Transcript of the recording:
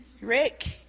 Rick